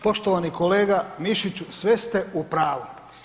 Poštovani kolega Mišiću, sve ste u pravu.